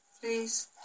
please